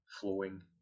Flowing